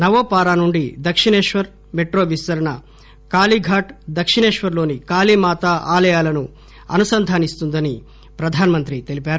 నవో పారా నుండి దక్షిణేశ్వర్ మెట్రో విస్తరణ కాళీఘాట్ దక్షిణేశ్వర్ లోని కాళీ మాతా ఆలయాలను అనుసంధానిస్తుందని ప్రధానమంత్రి తెలిపారు